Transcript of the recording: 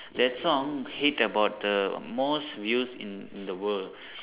that song hit about the most views in in the world